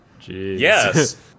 Yes